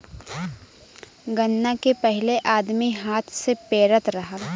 गन्ना के पहिले आदमी हाथ से पेरत रहल